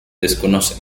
desconoce